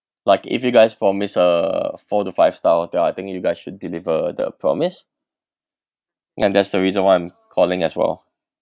like if you guys promise a four to five stars hotel I think you guys should deliver the promise and that's the reason why I'm calling as well